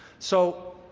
so